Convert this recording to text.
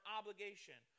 obligation